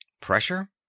Pressure